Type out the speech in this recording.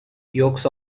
yolks